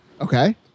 Okay